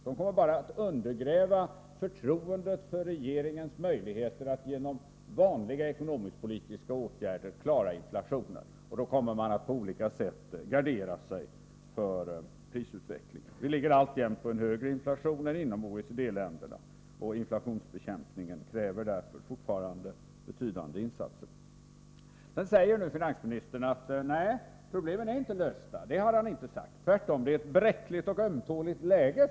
De kommer bara att undergräva förtroendet för regeringens möjligheter att genom vanliga ekonomisk-politiska åtgärder klara inflationen, och då kommer man att på olika sätt söka gardera sig för prisutvecklingen. Sverige ligger alltjämt på en högre inflation än genomsnittet bland OECD-länderna, och inflationsbekämpningen kräver därför fortfarande betydande insatser. Nu säger finansministern att han inte har påstått att problemen skulle vara lösta. Tvärtom, säger finansministern, det är ett bräckligt och ömtåligt läge.